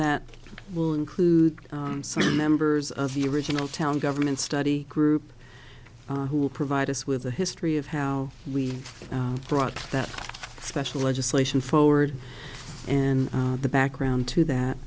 that will include some members of the original town government study group who will provide us with a history of how we brought that special legislation forward and the background to that